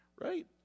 Right